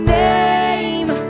name